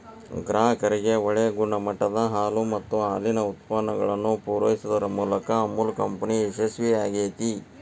ಗ್ರಾಹಕರಿಗೆ ಒಳ್ಳೆ ಗುಣಮಟ್ಟದ ಹಾಲು ಮತ್ತ ಹಾಲಿನ ಉತ್ಪನ್ನಗಳನ್ನ ಪೂರೈಸುದರ ಮೂಲಕ ಅಮುಲ್ ಕಂಪನಿ ಯಶಸ್ವೇ ಆಗೇತಿ